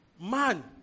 man